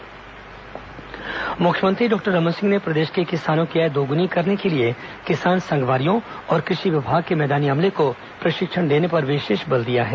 कृषक कल्याण परिषद बैठक मुख्यमंत्री डॉक्टर रमन सिंह ने प्रदेश के किसानों की आय दोगुनी करने के लिए किसान संगवारियों और कृषि विभाग के मैदानी अमले को प्रशिक्षण देने पर विशेष बल दिया है